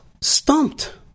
stumped